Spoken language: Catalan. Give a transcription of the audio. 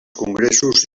congressos